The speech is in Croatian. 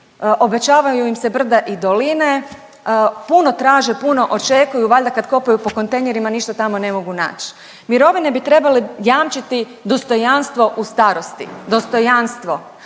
obećavaju im se brda i doline, puno traže, puno očekuju valjda kad kopaju po kontejnerima ništa tamo ne mogu naći. Mirovine bi trebale jamčiti dostojanstvo u starosti, dostojanstvo,